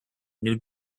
new